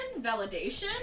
validation